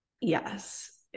yes